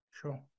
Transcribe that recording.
Sure